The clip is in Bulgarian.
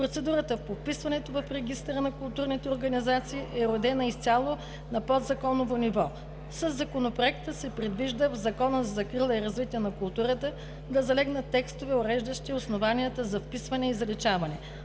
Процедурата по вписването в регистъра на културните организации е уредена изцяло на подзаконово ниво. Със Законопроекта се предвижда в Закона за закрила и развитие на културата да залегнат текстове, уреждащи основанията за вписване и заличаване.